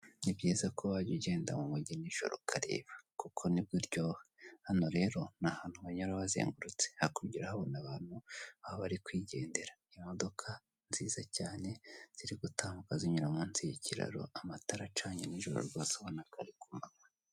Ni byiza ko wajya ugenda nijoro ukareba kuko nibwo uryoha, hano rero n'ahantu banyura bazengurutse hakurya urahabona abantu baba bari kwigendera, imodoka nziza cyane ziri gutambuka zinyura munsi y'ikiraro, amatara acanye nijoro rwose ubona ko ari ku manywa.